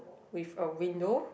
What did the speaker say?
with a window